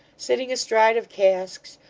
sitting astride of casks,